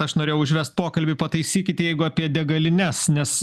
aš norėjau užvest pokalbį pataisykite jeigu apie degalines nes